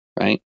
right